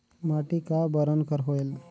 माटी का बरन कर होयल?